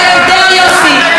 אתה יודע, יוסי,